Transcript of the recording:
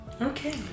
Okay